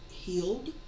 healed